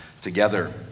together